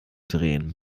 drehen